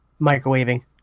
microwaving